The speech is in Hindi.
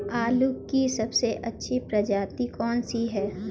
आलू की सबसे अच्छी प्रजाति कौन सी है?